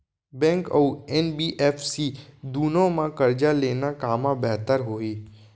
Bank अऊ NBFC दूनो मा करजा लेना कामा बेहतर होही?